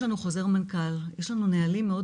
יש לנו חוזר מנכ"ל ויש לנו נהלים מאוד